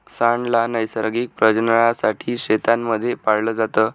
सांड ला नैसर्गिक प्रजननासाठी शेतांमध्ये पाळलं जात